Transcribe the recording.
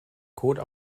code